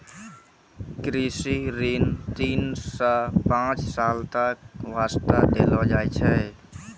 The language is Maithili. कृषि ऋण तीन सॅ पांच साल तक वास्तॅ देलो जाय छै